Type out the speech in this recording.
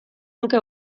nuke